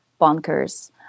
bonkers